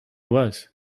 was